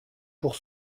pour